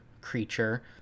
creature